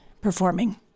performing